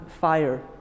fire